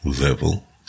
level